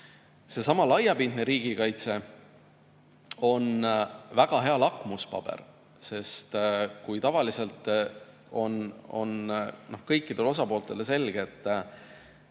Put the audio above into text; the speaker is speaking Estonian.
Seesama laiapindne riigikaitse on väga hea lakmuspaber, sest kui tavaliselt on kõikidele osapooltele selge, et